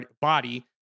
body